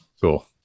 Cool